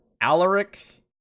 Alaric